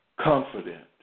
confident